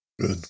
Good